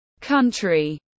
country